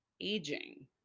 aging